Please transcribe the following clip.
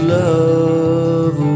love